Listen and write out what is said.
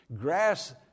Grass